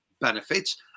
benefits